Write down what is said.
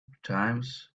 times